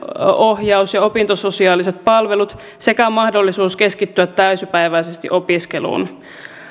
ohjaus ja opintososiaaliset palvelut sekä mahdollisuus keskittyä täysipäiväisesti opiskeluun